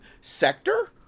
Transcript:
sector